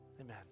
Amen